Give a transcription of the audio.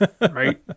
Right